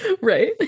Right